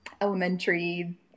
elementary